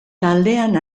taldean